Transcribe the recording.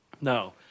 No